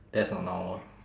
that's not normal